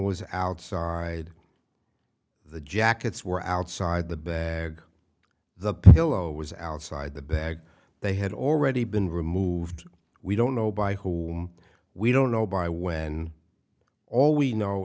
was outside the jackets were outside the bag the pillow was outside the bag they had already been removed we don't know by whom we don't know by when all we know